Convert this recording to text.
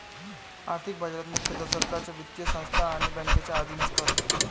आर्थिक बाजार मुख्यतः सरकारच्या वित्तीय संस्था आणि बँकांच्या अधीन असतात